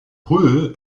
hull